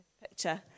picture